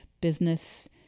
business